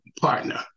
partner